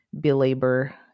belabor